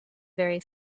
very